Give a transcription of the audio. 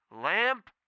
Lamp